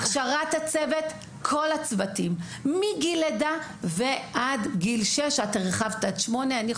הכשרת הצוות, כל הצוותים, מגיל לידה ועד גיל שש.